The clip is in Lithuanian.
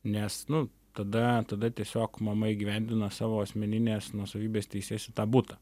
nes nu tada tada tiesiog mama įgyvendina savo asmeninės nuosavybės teises į tą butą